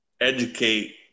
educate